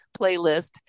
playlist